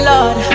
Lord